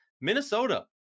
Minnesota